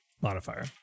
modifier